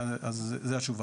אז זו התשובה.